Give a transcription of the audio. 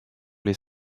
les